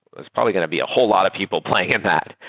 there's probably going to be a whole lot of people playing in that.